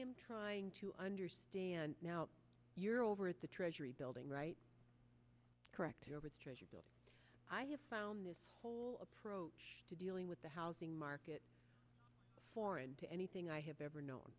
am trying to understand now you're over at the treasury building right correct here with treasury bills i have found this whole approach to dealing with the housing market for into anything i have ever known